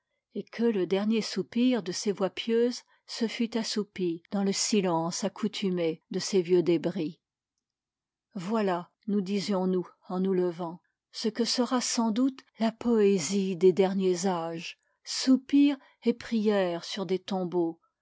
et que le dernier soupir de ces voix pieuses se fût assoupi dans le silence accoutumé de ces vieux débris voilà nous disions-nous en nous levant ce que sera sans doute la poésie des derniers âges soupir et prière sur des tombeaux